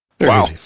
Wow